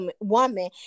woman